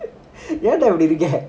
ஏன்டாஇப்படிஇருக்க:enda eppadi irukka